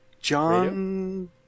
John